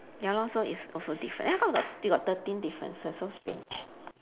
ya lor so it's also different eh how come you got you got thirteen differences so strange